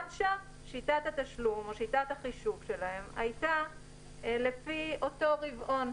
גם שם שיטת התשלום הייתה לפי אותו הרבעון.